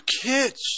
kids